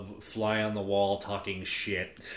fly-on-the-wall-talking-shit